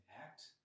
act